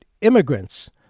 immigrants